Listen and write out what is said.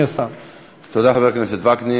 תודה לחבר הכנסת וקנין.